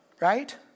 Right